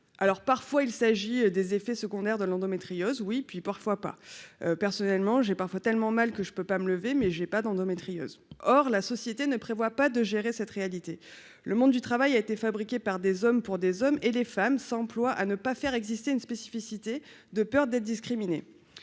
alors parfois il s'agit des effets secondaires de l'endométriose oui puis parfois pas personnellement, j'ai parfois tellement mal que je peux pas me lever, mais j'ai pas d'endométriose, or la société ne prévoit pas de gérer cette réalité, le monde du travail a été fabriqué par des hommes pour des hommes et les femmes s'emploie à ne pas faire exister une spécificité de peur d'être discriminé